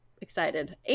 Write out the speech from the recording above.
excited